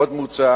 עוד מוצע